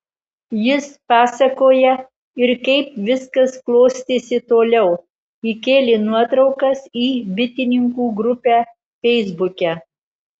jis pasakoja ir kaip viskas klostėsi toliau įkėlė nuotraukas į bitininkų grupę feisbuke